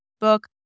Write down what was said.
book